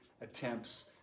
attempts